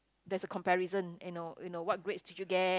there's a comparison you know you know what grades did you get